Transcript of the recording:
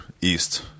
east